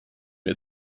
mir